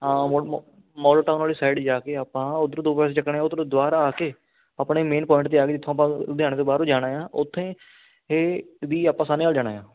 ਹਾਂ ਮੋ model town ਵਾਲੀ ਸਾਈਡ ਜਾ ਕੇ ਆਪਾਂ ਉੱਧਰੋਂ ਦੋ ਪਾਸੇ ਚੱਕਣੇ ਉਧਰੋਂ ਦੁਬਾਰਾ ਆ ਕੇ ਆਪਣੇ ਮੇਨ ਪੁਆਇੰਟ 'ਤੇ ਆ ਗਏ ਜਿੱਥੋਂ ਆਪਾਂ ਲੁਧਿਆਣੇ ਤੋਂ ਬਾਹਰ ਜਾਣਾ ਆ ਉੱਥੇ ਵੀ ਆਪਾਂ ਸਾਹਨੇਆਲ ਜਾਣਾ ਆ